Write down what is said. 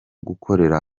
gukorera